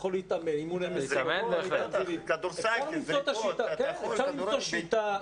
צריך למצוא שיטה.